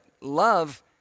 love